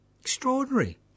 Extraordinary